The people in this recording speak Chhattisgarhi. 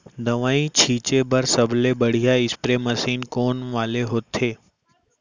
दवई छिंचे बर सबले बढ़िया स्प्रे मशीन कोन वाले होथे?